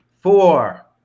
four